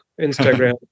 instagram